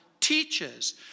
teaches